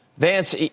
Vance